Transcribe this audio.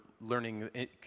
learning